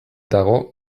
dago